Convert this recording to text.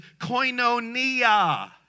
koinonia